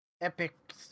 epic